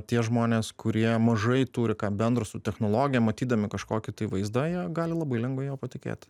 tie žmonės kurie mažai turi ką bendro su technologijom matydami kažkokį tai vaizdą jie gali labai lengvai juo patikėt